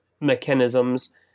mechanisms